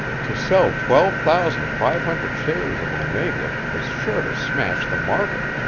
to sell twelve thousand five hundred shares of omega was sure to smash the market,